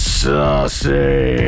saucy